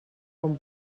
com